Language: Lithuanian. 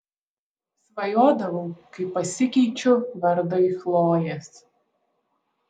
svajodavau kaip pasikeičiu vardą į chlojės